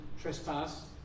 trespass